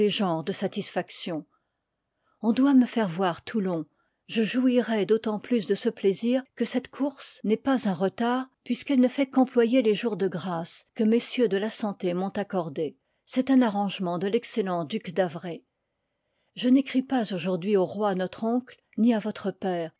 genres de satisfaction on doit me faire voir toulon je jouirai d'autant plus de ce plaisir que cette course n'est pas un retard puisqu'elle ne fait qu'employer liv i les jours de grâce que mm de la santé m'ont accordés c'est un arrangement de l'excellent duc d'havre je n'écris pas aujourd'hui au roi notre oncle ni à votre père